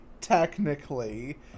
technically